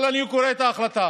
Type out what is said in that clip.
אבל אני קורא את ההחלטה: